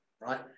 right